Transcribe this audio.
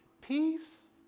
Peace